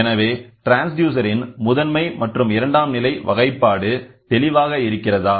எனவேட்ரான்ஸ்டியூசர் இன் முதன்மை மற்றும் இரண்டாம் நிலை வகைப்பாடு தெளிவாக இருக்கிறதா